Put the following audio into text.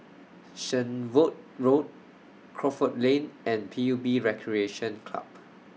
Shenvood Road Crawford Lane and P U B Recreation Club